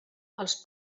els